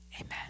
Amen